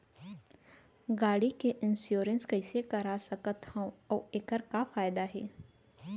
गाड़ी के इन्श्योरेन्स कइसे करा सकत हवं अऊ एखर का फायदा हे?